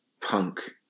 punk